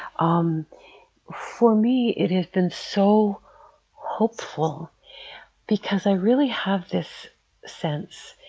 um for me, it has been so hopeful because i really have this sense,